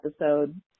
episode